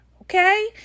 okay